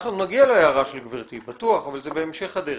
נגיע להערה של גברתי, בטוח, אבל רק בהמשך הדרך.